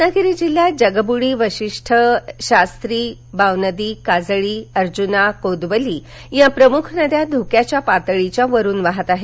रत्नागिरी जिल्ह्यात जगबुडी वाशिष्ठी शास्त्री बावनदी काजळी अर्जुना कोदवली या प्रमुख नद्या धोक्याच्या पातळीवरून वाहत आहेत